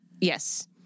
yes